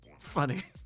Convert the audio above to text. funny